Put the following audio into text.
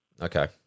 Okay